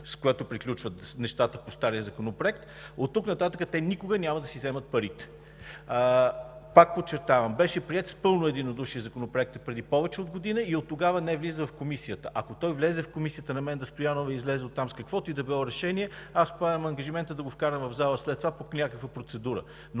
с което приключват нещата по стария законопроект, оттук нататък никога няма да си вземат парите. Пак подчертавам, Законопроектът беше приет с пълно единодушие преди повече от година и оттогава не влиза в Комисията. Ако той влезе в Комисията на Менда Стоянова и излезе оттам с каквото и да било решение, поемам ангажимента да го вкарам в залата след това под някаква процедура.